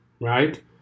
right